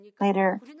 later